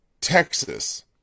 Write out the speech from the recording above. Texas